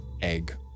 egg